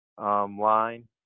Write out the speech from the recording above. line